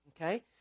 Okay